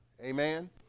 amen